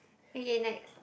okay next